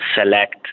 select